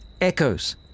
Echoes